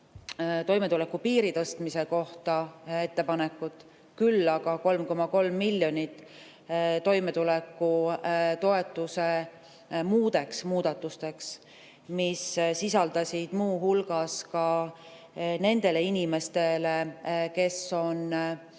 toimetulekupiiri tõstmise kohta ettepanekut, küll aga [küsisin] 3,3 miljonit toimetulekutoetuse muudeks muudatusteks, mis sisaldasid muu hulgas nendele inimestele, kes on